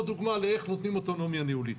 דוגמא של איך נותנים אוטונומיה ניהולית.